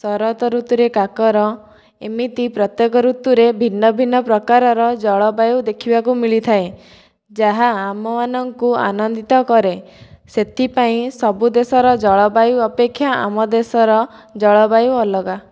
ଶରତ ଋତୁରେ କାକର ଏମିତି ପ୍ରତ୍ୟେକ ଋତୁରେ ଭିନ୍ନ ଭିନ୍ନ ପ୍ରକାରର ଜଳବାୟୁ ଦେଖିବାକୁ ମିଳିଥାଏ ଯାହା ଆମମାନଙ୍କୁ ଆନନ୍ଦିତ କରେ ସେଥିପାଇଁ ସବୁଦେଶର ଜଳବାୟୁ ଅପେକ୍ଷା ଆମ ଦେଶର ଜଳବାୟୁ ଅଲଗା